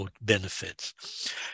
benefits